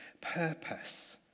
purpose